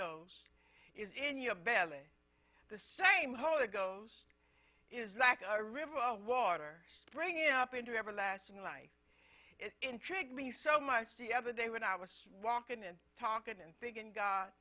is in your belly the same holy goes is lack of a river of water springing up into everlasting life it intrigued me so much the other day when i was walking and talking and thinking god